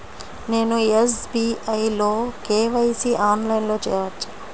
నేను ఎస్.బీ.ఐ లో కే.వై.సి ఆన్లైన్లో చేయవచ్చా?